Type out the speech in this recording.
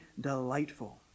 delightful